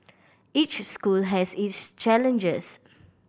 each school has its challenges